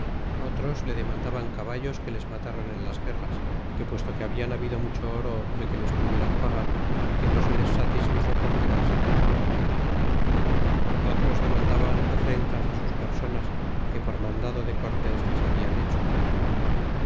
otros le demandaban caballos que les matron en las guerras que puesto que habian habido mucho oro de que se les pudieran pagar que no se les satisfizo por quedarse con el oro otros demandaban afrentas de sus personas que por mandado de cortés les hablan hecho